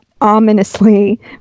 ominously